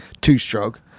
two-stroke